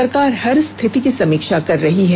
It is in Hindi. सरकार हर स्थिति की समीक्षा कर रही है